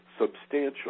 substantial